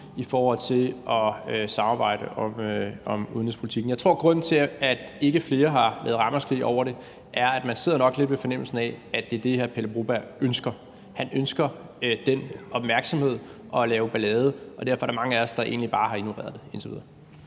i forhold til at samarbejde om udenrigspolitikken. Jeg tror, at grunden til, at der ikke har lydt flere ramaskrig over det, er, at man nok sidder lidt med fornemmelsen af, at det er det, Pele Broberg ønsker. Han ønsker den opmærksomhed ved at lave ballade, og derfor er der mange af os, der egentlig bare har ignoreret det indtil videre.